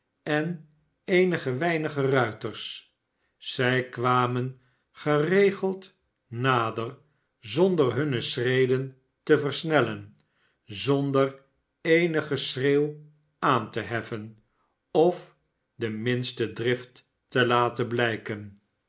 en eenige weinige ruiters zij kwamen geregeld nader zonder hunne schreden te versnellen zonder eenig geschreeuw aan te heffen of de minste drift te laten blijken